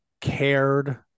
cared